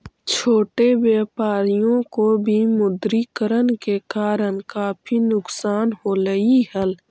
छोटे व्यापारियों को विमुद्रीकरण के कारण काफी नुकसान होलई हल